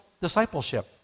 Discipleship